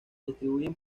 distribuyen